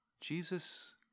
Jesus